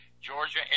Georgia